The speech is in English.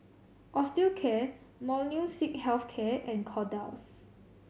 Osteocare Molnylcke Health Care and Kordel's